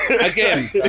again